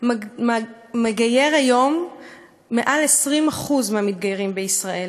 מגייר היום מעל 20% מהמתגיירים בישראל.